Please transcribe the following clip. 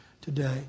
today